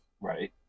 Right